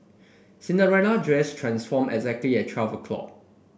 Cinderella dress transformed exactly at twelve o' clock